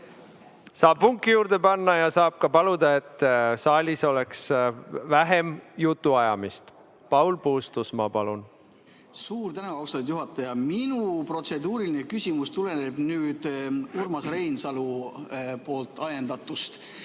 Saab vunki juurde panna ja saab ka paluda, et saalis oleks vähem jutuajamist. Paul Puustusmaa, palun! Suur tänu, austatud juhataja! Minu protseduuriline küsimus on Urmas Reinsalu ajendatud.